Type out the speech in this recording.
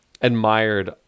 admired